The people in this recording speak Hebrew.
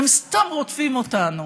הם סתם רודפים אותנו,